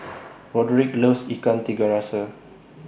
Roderic loves Ikan Tiga Rasa